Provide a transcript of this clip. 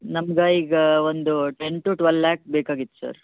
ನಮ್ಗೆ ಈಗ ಒಂದು ಟೆನ್ ಟು ಟ್ವೇಲ್ ಲ್ಯಾಕ್ ಬೇಕಾಗಿತ್ತು ಸರ್